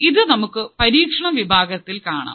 ഇത് നമുക്ക് പരീക്ഷണ വിഭാഗത്തിൽ കാണാം